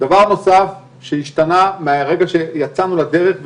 דבר נוסף שהשתנה מהרגע שיצאנו לדרך,